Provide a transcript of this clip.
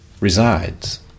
resides